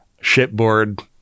shipboard